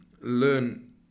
learn